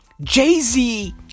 Jay-Z